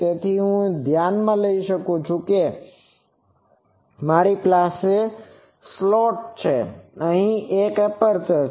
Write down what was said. તેથી હું ધ્યાનમાં લઈ શકું છું કે મારી પાસે અહીં સ્લોટ છે અને અહીં એક એપર્ચર છે